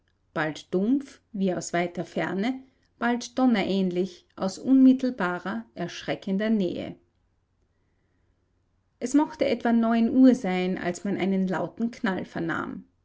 bald dumpf wie aus weiter ferne bald donnerähnlich aus unmittelbarer erschreckender nähe es mochte etwa neun uhr sein als man einen lauten knall vernahm